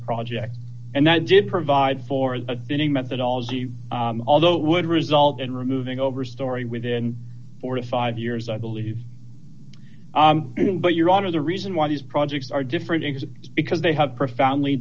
project and that did provide for the building methodology although it would result in removing over story within four to five years i believe but your honor the reason why these projects are different is because they have profoundly